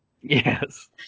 Yes